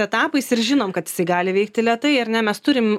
etapais ir žinom kad gali veikti lėtai ar ne mes turim